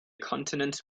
continent